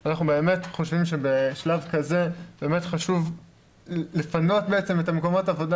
אנחנו באמת חושבים שבשלב כזה חשוב לפנות את מקומות העבודה